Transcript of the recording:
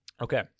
Okay